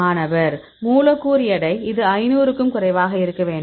மாணவர் மூலக்கூறு எடை இது 500 க்கும் குறைவாக இருக்க வேண்டும்